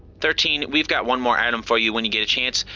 thirteen, we've got one more item for you, when you get a chance.